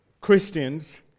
Christians